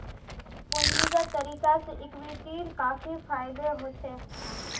पूंजीगत तरीका से इक्विटीर काफी फायेदा होछे